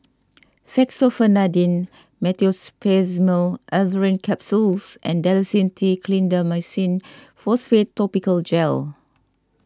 Fexofenadine Meteospasmyl Alverine Capsules and Dalacin T Clindamycin Phosphate Topical Gel